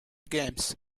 games